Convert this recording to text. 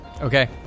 Okay